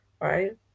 right